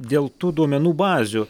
dėl tų duomenų bazių